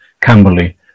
Camberley